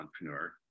entrepreneur